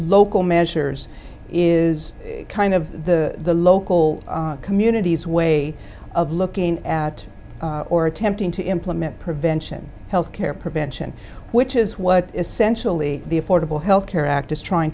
local measures is kind of the local communities way of looking at or attempting to implement prevention health care prevention which is what essentially the affordable health care act is trying